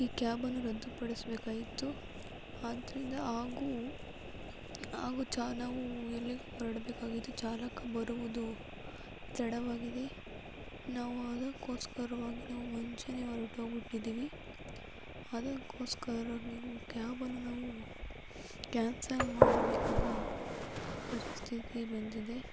ಈ ಕ್ಯಾಬನ್ನು ರದ್ದು ಪಡಿಸಬೇಕಾಯ್ತು ಆದ್ದರಿಂದ ಹಾಗೂ ಹಾಗೂ ಚ ನಾವು ಎಲ್ಲಿಗೆ ಹೊರಡಬೇಕಾಗಿದೆ ಚಾಲಕ ಬರುವುದು ತಡವಾಗಿದೆ ನಾವು ಅದಕ್ಕೋಸ್ಕರವಾಗಿ ನಾವು ಮುಂಚೆನೇ ಹೊರಟೋಗ್ಬುಟ್ಟಿದ್ದೀವಿ ಅದಕ್ಕೋಸ್ಕರ ನೀವು ಕ್ಯಾಬನ್ನು ನಾವು ಕ್ಯಾನ್ಸಲ್ ಮಾಡಬೇಕಾದ ಪರಿಸ್ಥಿತಿ ಬಂದಿದೆ